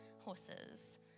Horses